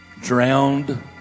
drowned